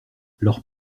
leurs